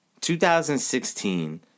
2016